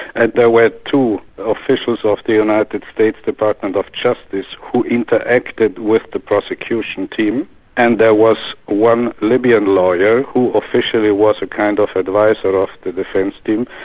and there were two officials of the united states department of justice who interacted with the prosecution team and there was one libyan lawyer who officially was a kind of adviser of the defence team,